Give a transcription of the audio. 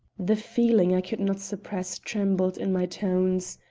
the feeling i could not suppress trembled in my tones.